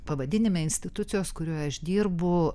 pavadinime institucijos kurioje aš dirbu